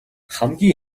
хамгийн